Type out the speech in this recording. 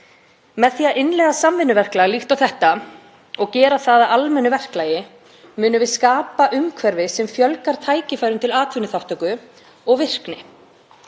Með því að innleiða samvinnuverklag líkt og þetta og gera það að almennu verklagi munum við skapa umhverfi sem fjölga tækifærum til atvinnuþátttöku og virkni,